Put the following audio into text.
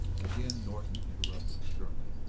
again norton interrupted sternly.